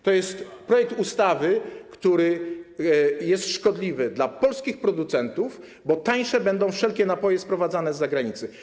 To jest projekt ustawy, który jest szkodliwy dla polskich producentów, bo tańsze będą wszelkie napoje sprowadzane z zagranicy.